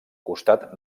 costat